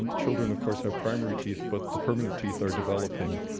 and children of course have primary teeth. but the permit teeth are developing.